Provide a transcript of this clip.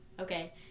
okay